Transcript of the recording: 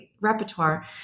repertoire